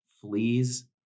fleas